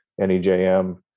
NEJM